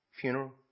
Funeral